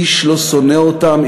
איש לא שונא אותם,